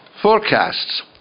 Forecasts